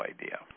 idea